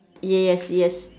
yes yes